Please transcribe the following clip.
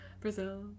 Brazil